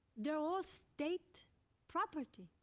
they're all state property.